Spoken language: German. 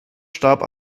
starb